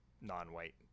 non-white